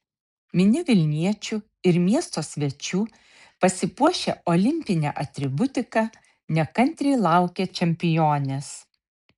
minia vilniečių ir miesto svečių pasipuošę olimpine atributika nekantriai laukė čempionės